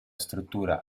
struttura